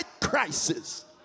crisis